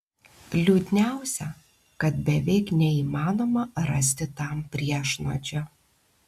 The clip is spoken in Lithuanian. liūdniausia kad beveik neįmanoma rasti tam priešnuodžio